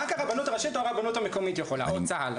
רק הרבנות הראשית או הרבנות המקומית יכולה או צה"ל,